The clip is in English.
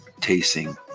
Tasting